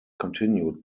continued